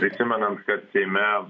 prisimenant kad seime